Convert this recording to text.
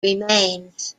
remains